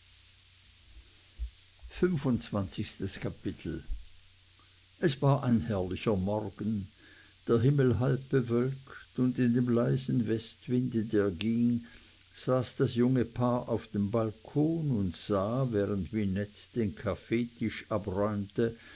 es war ein herrlicher morgen der himmel halb bewölkt und in dem leisen westwinde der ging saß das junge paar auf dem balkon und sah während minette den kaffeetisch abräumte